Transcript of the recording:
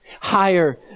higher